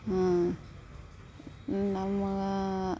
ಹಾಂ ನಮಗೆ